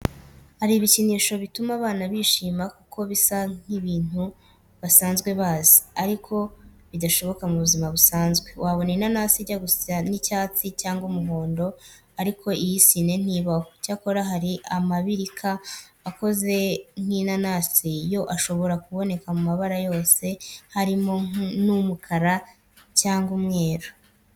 Hari ibikinisho bituma abana bishima kuko bisa n'ibintu basanzwe bazi, ariko bidashoboka mu buzima busanzwe; wabona inanasi ijya gusa n'icyatsi cyangwa umuhondo ariko iy'isine ntibaho, cyakora hari amabirika akoze nk'inanasi yo ashobora kuboneka mu mabara yose, harimo n'umukara cyangwa umweru.